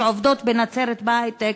שעובדות בנצרת בהיי-טק,